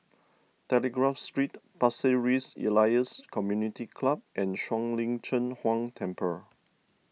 Telegraph Street Pasir Ris Elias Community Club and Shuang Lin Cheng Huang Temple